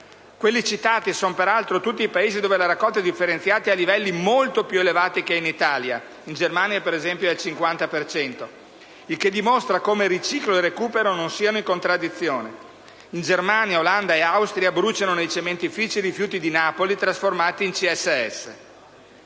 Quelli citati sono peraltro tutti Paesi dove la raccolta differenziata è a livelli molto più elevati che in Italia (in Germania, ad esempio, è al 50 per cento). Ciò dimostra come riciclo e recupero non siano in contraddizione. In Germania, Olanda e Austria bruciano nei cementifici rifiuti di Napoli trasformati in CSS.